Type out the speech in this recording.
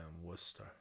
Worcester